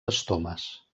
estomes